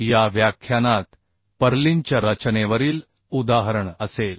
या व्याख्यानात पर्लिनच्या रचनेवरील उदाहरण असेल